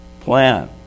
plan